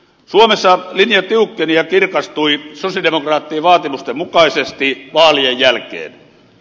suomessa linja tiukkeni ja kirkastui sosialidemokraattien vaatimusten mukaisesti vaalien jälkeen